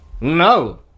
No